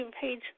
page